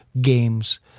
games